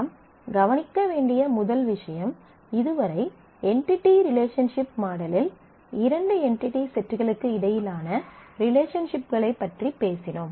நாம் கவனிக்க வேண்டிய முதல் விஷயம் இதுவரை என்டிடி ரிலேஷன்ஷிப் மாடலில் இரண்டு என்டிடி செட்களுக்கு இடையிலான ரிலேஷன்ஷிப்களைப் பற்றி பேசினோம்